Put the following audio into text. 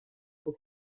for